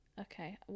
Okay